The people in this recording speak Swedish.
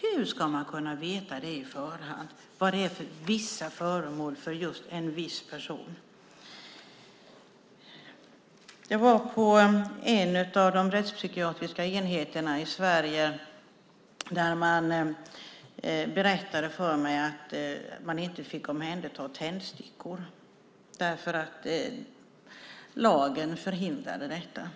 Hur ska man kunna veta i förhand vilka dessa vissa föremål är för en viss person? Jag var på en av de rättspsykiatriska enheterna i Sverige där man berättade för mig att man inte fick omhänderta tändstickor därför att lagen förhindrade detta